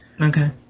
Okay